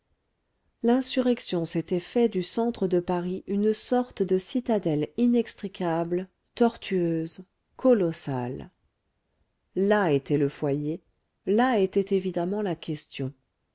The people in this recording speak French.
l'insurrection s'était fait du centre de paris une sorte de citadelle inextricable tortueuse colossale là était le foyer là était évidemment la question